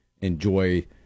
enjoy